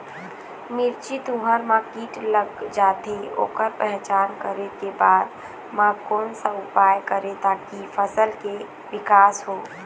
मिर्ची, तुंहर मा कीट लग जाथे ओकर पहचान करें के बाद मा कोन सा उपाय करें ताकि फसल के के विकास हो?